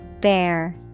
Bear